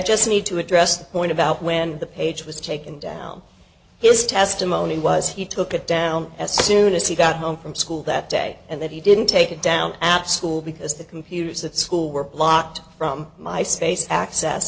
just need to address the point about when the page was taken down his testimony was he took it down as soon as he got home from school that day and that he didn't take it down absolutely because the computers at school were blocked from my space access